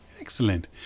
Excellent